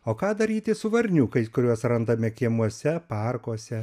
o ką daryti su varniukais kuriuos randame kiemuose parkuose